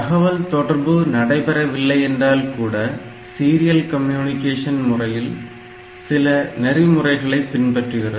தகவல் தொடர்பு நடைபெறவில்லை என்றால் கூட சீரியல் கம்யூனிகேஷன் முறை சில நெறிமுறைகளை பின்பற்றுகிறது